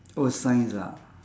oh science ah